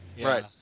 Right